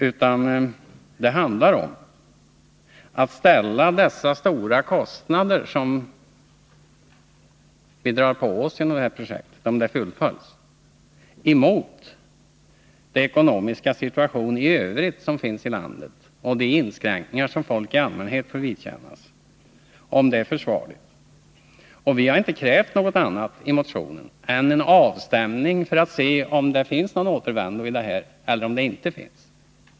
Vad det handlar om är att ställa de stora kostnader som vi drar på oss om det här projektet fullföljs emot den ekonomiska situation i övrigt som råder i landet och de inskränkningar som folk i allmänhet får vidkännas för att se om de är försvarliga. Vi har inte krävt något annat i motionen än en avstämning för att se om det finns någon återvändo eller inte.